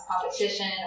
competition